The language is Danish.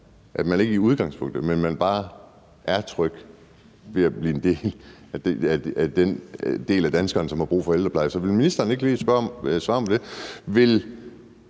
at man ikke kun i udgangspunktet, men altid bare er tryg ved at blive en del af den del af danskerne, som har brug for ældrepleje? Vil ministeren ikke lige svare mig